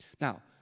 Now